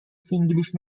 فینگلیش